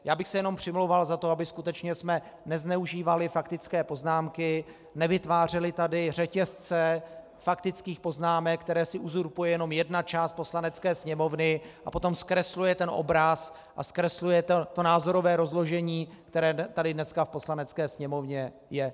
Já bych se jenom přimlouval za to, abychom skutečně nezneužívali faktické poznámky, nevytvářeli tady řetězce faktických poznámek, které si uzurpuje jenom jedna část Poslanecké sněmovny, a potom zkresluje ten obraz a zkresluje to názorové rozložení, které tady dneska v Poslanecké sněmovně je.